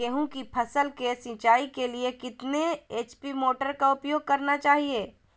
गेंहू की फसल के सिंचाई के लिए कितने एच.पी मोटर का उपयोग करना चाहिए?